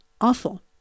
awful